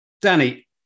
Danny